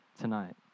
tonight